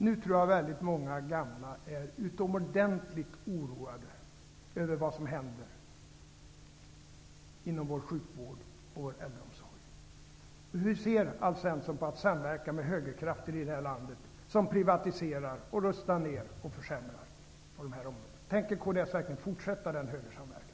Nu tror jag att väldigt många gamla är utomordentligt oroade över vad som händer inom vår sjukvård och vår äldreomsorg. Hur ser Alf Svensson på att samverka med högerkrafter i det här landet, som privatiserar, rustar ned och försämrar på de här områdena? Tänker kds verkligen fortsätta denna högersamverkan?